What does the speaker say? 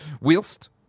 whilst